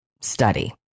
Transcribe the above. study